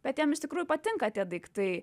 bet jiem iš tikrųjų patinka tie daiktai